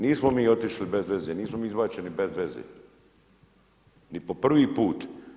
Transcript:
Nismo mi otišli bez veze, nismo mi izbačeni bez veze ni po prvi put.